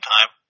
time